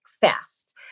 fast